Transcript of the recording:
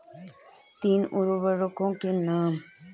तीन उर्वरकों के नाम?